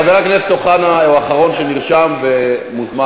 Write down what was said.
חבר הכנסת אוחנה הוא האחרון שנרשם ומוזמן.